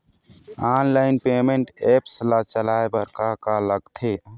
Online payment apps ला चलाए बार का का लगथे?